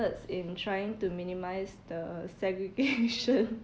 in trying to minimize the segregation